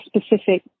specific